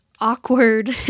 awkward